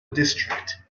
district